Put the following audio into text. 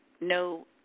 no